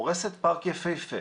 הורסת פארק יפהפה,